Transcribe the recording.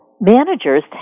managers